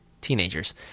teenagers